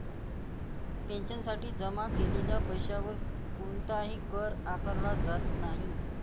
पेन्शनसाठी जमा केलेल्या पैशावर कोणताही कर आकारला जात नाही